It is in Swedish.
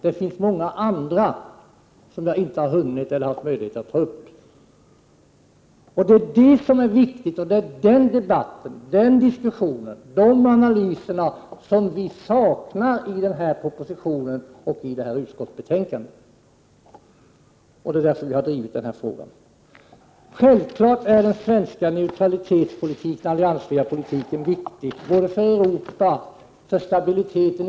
Det finns många andra exempel, som jag inte hunnit ta upp. Det här är viktigt, och denna debatt och denna analys saknar vi i propositionen och i utskottsbetänkandet. Det är därför jag har drivit frågan. Självfallet är den svenska neutralitetspolitiken, den alliansfria politiken, viktig både för Europa och för stabiliteten i Norden.